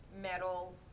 metal